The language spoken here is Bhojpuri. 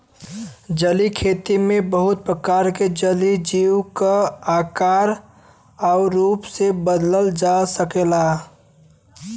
जलीय खेती में बहुत प्रकार के जलीय जीव क आकार आउर रूप के बदलल जा सकला